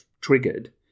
triggered